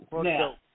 Now